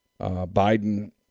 Biden